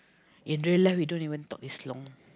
in real life we don't even talk this long